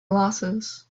glasses